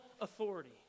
authority